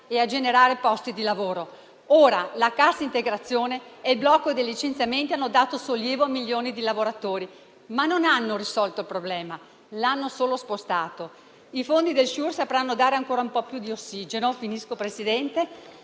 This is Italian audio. e a generare posti di lavoro. Ora la cassa integrazione e il blocco dei licenziamenti hanno dato sollievo a milioni di lavoratori, ma non hanno risolto problema; l'hanno solo spostato. I fondi del SURE sapranno dare ancora un po' più di ossigeno, ma, ripeto,